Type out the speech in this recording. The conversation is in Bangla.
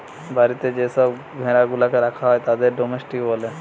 বাড়িতে যে সব ভেড়া গুলাকে রাখা হয় তাদের ডোমেস্টিক বলে